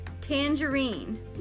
tangerine